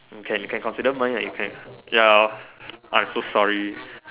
you can you can consider mine ah you can ya I'm so sorry